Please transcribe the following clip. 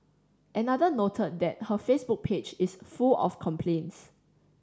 another noted that her Facebook page is full of complaints